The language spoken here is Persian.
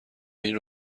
این